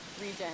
region